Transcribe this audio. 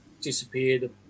disappeared